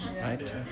right